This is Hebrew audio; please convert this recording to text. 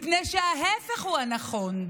מפני שההפך הוא הנכון.